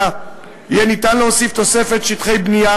יהיה ניתן להוסיף תוספת שטחי בנייה.